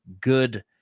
good